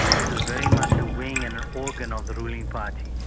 it was very much a wing and organ of the ruling party,